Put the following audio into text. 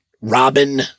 Robin